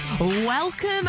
Welcome